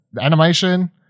animation